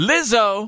Lizzo